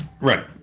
Right